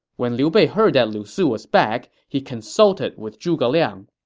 when liu bei heard that lu su was back, he consulted with zhuge liang